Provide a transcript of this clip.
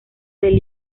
del